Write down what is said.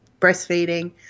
breastfeeding